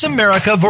America